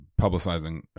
publicizing